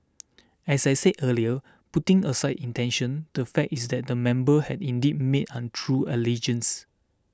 as I said earlier putting aside intention the fact is that the member has indeed made untrue allegations